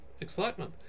excitement